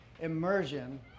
immersion